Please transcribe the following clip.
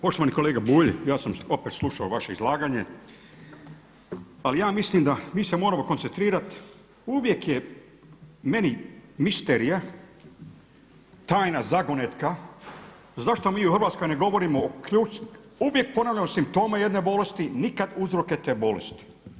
Poštovani kolega Bulj, ja sam opet slušao vaše izlaganje, ali ja mislim mi se moramo koncentrirati, uvijek je meni misterija, tajna zagonetka zašto mi u Hrvatskoj ne govorimo o, uvijek ponavljamo simptome jedne bolesti nikad uzroke te bolesti.